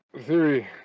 theory